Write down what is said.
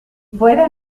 fuera